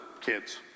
kids